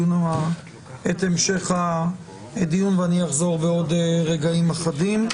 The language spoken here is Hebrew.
המשך הדיון ואני אחזור בעוד רגעים אחדים.